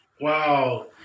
Wow